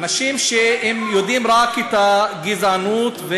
אנשים שיודעים רק גזענות,